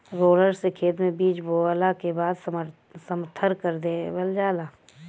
roller से खेत में बीज बोवला के बाद समथर कर देवल जाला